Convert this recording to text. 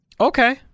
Okay